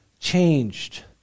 changed